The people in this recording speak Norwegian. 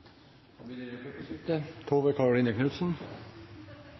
da blir det